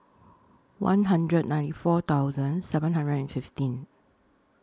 one hundred ninety four thousand seven hundred and fifteen